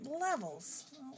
levels